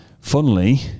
funnily